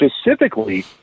specifically